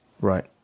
Right